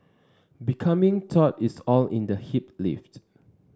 becoming taut is all in the hip lift